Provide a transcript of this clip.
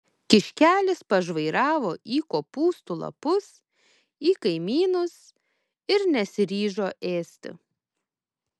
kiškelis pažvairavo į kopūstų lapus į kaimynus ir nesiryžo ėsti